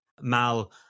Mal